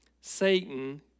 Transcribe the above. Satan